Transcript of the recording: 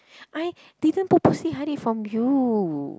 I didn't purposely hide it from you